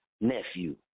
nephew